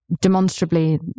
demonstrably